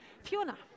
Fiona